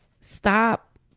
Stop